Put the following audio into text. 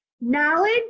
knowledge